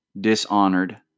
dishonored